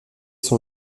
son